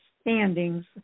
standings